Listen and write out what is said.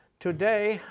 today,